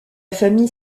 famille